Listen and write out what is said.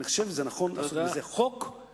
אני חושב שנכון לעשות מזה חוק,